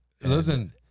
Listen